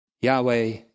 Yahweh